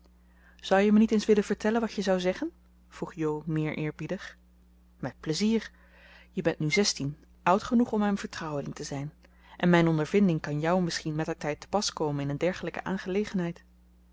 zou je me niet eens willen vertellen wat je zou zeggen vroeg jo meer eerbiedig met plezier je bent nu zestien oud genoeg om mijn vertrouweling te zijn en mijn ondervinding kan jou misschien mettertijd te pas komen in een dergelijke aangelegenheid